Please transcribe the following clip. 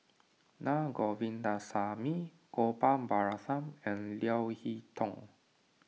Na Govindasamy Gopal Baratham and Leo Hee Tong